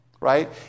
right